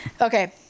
Okay